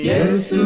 Yes